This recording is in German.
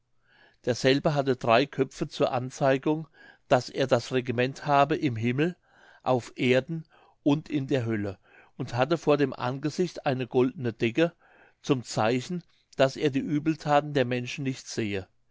derselbe hatte drei köpfe zur anzeigung daß er das regiment habe im himmel auf erden und in der hölle und hatte vor dem angesicht eine goldene decke zum zeichen daß er die uebelthaten der menschen nicht sehe